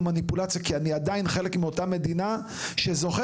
מניפולציה כי אני עדיין חלק מאותה מדינה שזוכרת